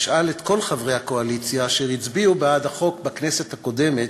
אשאל את כל חברי הקואליציה אשר הצביעו בעד החוק בכנסת הקודמת: